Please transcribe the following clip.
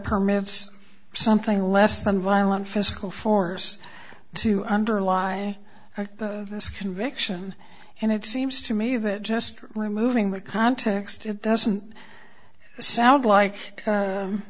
permits something less than violent physical force to underlie this conviction and it seems to me that just removing the context it doesn't sound like